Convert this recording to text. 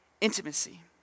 intimacy